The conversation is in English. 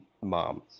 mom